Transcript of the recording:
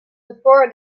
before